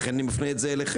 לכן אני מפנה את זה אליכם.